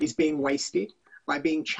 ואנחנו חייבים להפיץ את המידע הזה בכל השפות.